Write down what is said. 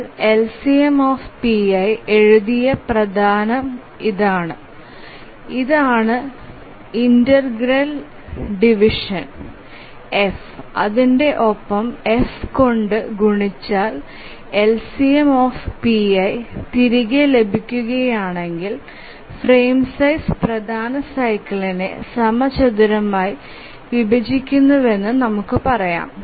നമ്മൾ LCM എഴുതിയ പ്രധാനം ഇതാണ് ഇതാണ് ഇന്റർഗ്രേൽ ഡിവിഷൻ f അതിന്ടെ ഒപ്പം f കൊണ്ട് ഗുണിച്ചാൽ LCM തിരികെ ലഭിക്കുകയാണെങ്കിൽ ഫ്രെയിം സൈസ് പ്രധാന സൈക്കിളിനെ സമചതുരമായി വിഭജിക്കുന്നുവെന്ന് നമുക്ക് പറയാം